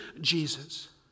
Jesus